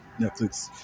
Netflix